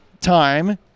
time